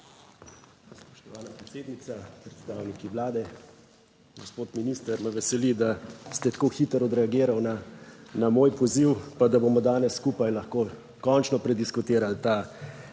Spoštovana predsednica, predstavniki Vlade! Gospod minister, me veseli, da ste tako hitro odreagiral na moj poziv pa da bomo danes skupaj lahko končno prediskutirali ta predlog,